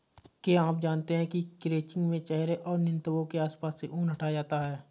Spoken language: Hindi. क्या आप जानते है क्रचिंग में चेहरे और नितंबो के आसपास से ऊन हटाया जाता है